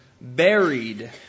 buried